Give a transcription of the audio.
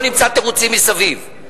בואו נמצא תירוצים מסביב.